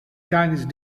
chinese